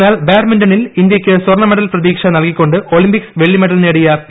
എന്നാൽ ബാഡ്മിന്റണിൽ ഇന്ത്യയ്ക്ക് സ്വർണ്ണമെഡൽ പ്രതീക്ഷ നൽകിക്കൊണ്ട് ഒളിംപിക്സ് വെള്ളി മെഡൽ നേടിയ പി